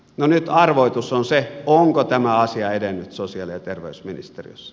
nyt arvoitus on se onko tämä asia edennyt sosiaali ja terveysministeriössä